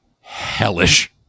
hellish